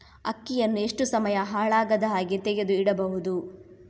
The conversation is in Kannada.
ಅಕ್ಕಿಯನ್ನು ಎಷ್ಟು ಸಮಯ ಹಾಳಾಗದಹಾಗೆ ತೆಗೆದು ಇಡಬಹುದು?